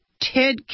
Ted